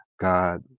God